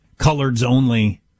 coloreds-only